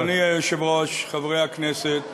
אדוני היושב-ראש, חברי הכנסת,